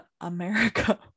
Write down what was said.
america